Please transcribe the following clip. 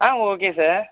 ah okay sir